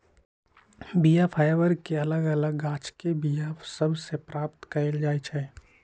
बीया फाइबर के अलग अलग गाछके बीया सभ से प्राप्त कएल जाइ छइ